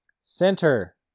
center